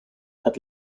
had